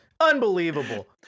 unbelievable